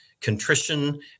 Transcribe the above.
contrition